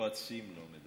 יועצים לא מדברים,